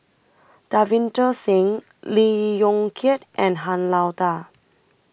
Davinder Singh Lee Yong Kiat and Han Lao DA